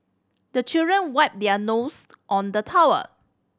the children wipe their nose on the towel